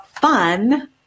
fun